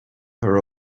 her